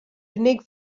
unig